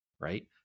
right